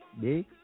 Big